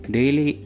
Daily